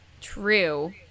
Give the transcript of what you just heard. True